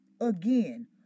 again